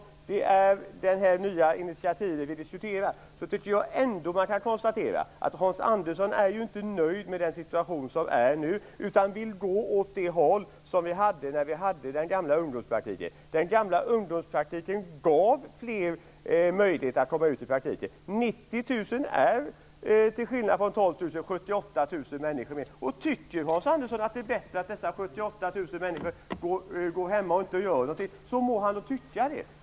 När vi nu diskuterar det här nya initiativet, tycker jag mig ändå kunna konstatera att Hans Andersson inte är nöjd med den nuvarande situationen utan vill gå i riktning mot den gamla ungdomspraktiken. Den gav fler ungdomar möjlighet att komma ut i praktik. 90 000 ungdomar är i jämförelse med 12 000 ungdomar 78 000 fler. Tycker Hans Andersson att det är bättre att 78 000 människor går hemma och inte gör någonting så må han tycka det.